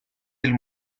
del